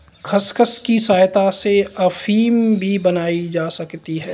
खसखस की सहायता से अफीम भी बनाई जा सकती है